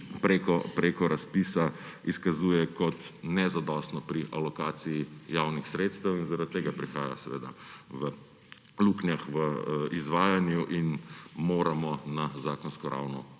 prek razpisa izkazujeta kot nezadostna pri alokaciji javnih sredstev, in zaradi tega prihaja seveda do lukenj v izvajanju in moramo na zakonsko raven